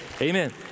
amen